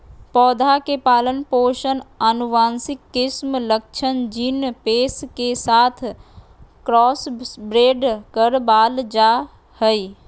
पौधा के पालन पोषण आनुवंशिक किस्म लक्षण जीन पेश के साथ क्रॉसब्रेड करबाल जा हइ